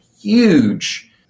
huge